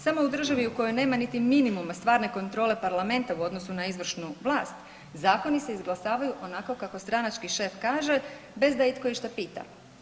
Samo u državi u kojoj nema niti minimuma stvarne kontrole parlamenta u odnosu na izvršnu vlast, zakoni se izglasavaju onako kako stranački šef kaže bez da itko išta pita.